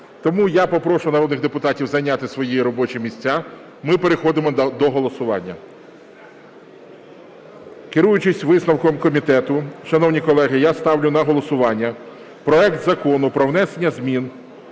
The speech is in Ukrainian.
Тому я попрошу народних депутатів зайняти свої робочі місця, ми переходимо до голосування. Керуючись висновком комітету, шановні колеги, я ставлю на голосування проект Закону про внесення змін